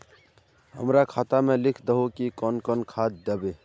हमरा खाता में लिख दहु की कौन कौन खाद दबे?